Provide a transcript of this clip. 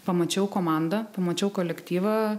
pamačiau komandą pamačiau kolektyvą